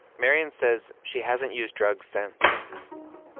marian says she hasn't used drugs since